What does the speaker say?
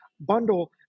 bundle